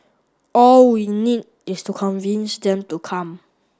all we need is to convince them to come